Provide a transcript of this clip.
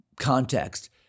Context